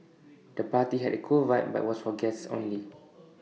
the party had A cool vibe but was for guests only